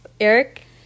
eric